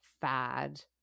fad